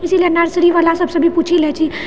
इसिलिए नर्सरी बलासभसँ भी पुछि लए छी